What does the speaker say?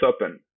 open